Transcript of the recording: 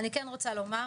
אני כן רוצה לומר,